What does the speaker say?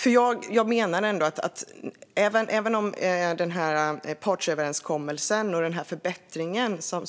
Eva Nordmark berättar om partsöverenskommelsen och förbättringen.